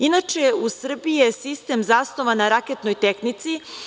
Inače u Srbiji je sistem zasnovan na raketnoj tehnici.